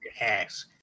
Yes